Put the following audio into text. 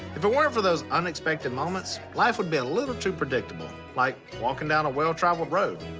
if it weren't for those unexpected moments, life would be a little too predictable like walking down a well travelled road.